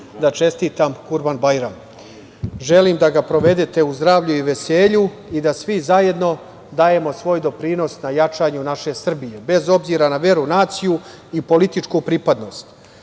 da čestitam Kurban-bajram. Želim da ga provedete u zdravlju i veselju i da svi zajedno dajemo svoj doprinos jačanju naše Srbije, bez obzira na veru, naciju i političku pripadnost. Što